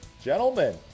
Gentlemen